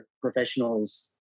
professionals